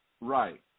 Right